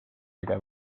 äge